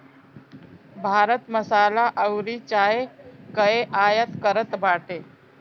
भारत मसाला अउरी चाय कअ आयत करत बाटे